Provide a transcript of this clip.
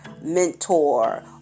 mentor